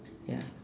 ya